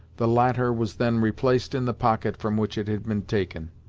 the latter was then replaced in the pocket from which it had been taken.